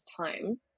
time